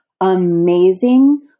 amazing